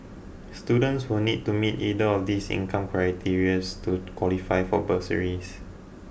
students will need to meet either of these income criteria's to qualify for bursaries